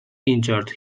injured